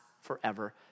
forever